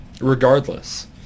regardless